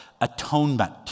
atonement